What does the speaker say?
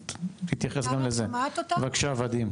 בבקשה, ודים.